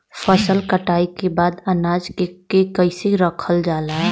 फसल कटाई के बाद अनाज के कईसे रखल जाला?